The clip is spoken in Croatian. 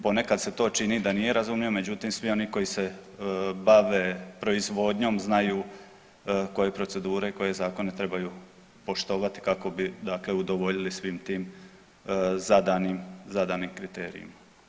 Ponekad se to čini da nije razumljivo međutim svi oni koji se bave proizvodnjom znaju koje procedure, koje zakone trebaju poštovati kako bi dakle udovoljili svim tim zadanim, zadanim kriterijima.